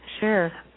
Sure